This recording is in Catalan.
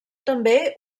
també